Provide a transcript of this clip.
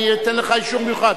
אני אתן לך אישור מיוחד.